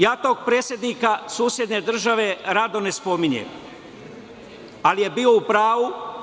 Ja tog predsednika susedne države rado ne spominjem, ali je bio u pravu.